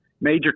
major